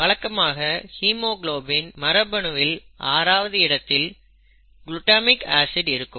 வழக்கமாக ஹீமோகுளோபின் மரபணுவில் ஆறாவது இடத்தில் குளுட்டமிக் ஆசிட் இருக்கும்